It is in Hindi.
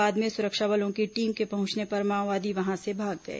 बाद में सुरक्षा बलों की टीम के पहुंचने पर माओवादी वहां से भाग गए